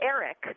Eric